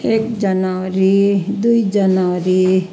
एक जनवरी दुई जनवरी